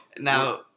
Now